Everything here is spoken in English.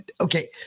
Okay